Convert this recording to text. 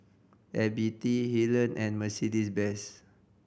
F B T Helen and Mercedes Benz